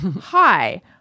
Hi